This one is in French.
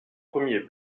premier